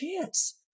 chance